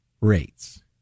rates